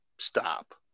stop